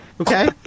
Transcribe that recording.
Okay